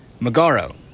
Magaro